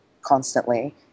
constantly